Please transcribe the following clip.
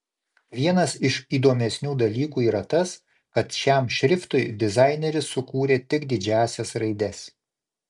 vienas iš įdomesnių dalykų yra tas kad šiam šriftui dizaineris sukūrė tik didžiąsias raides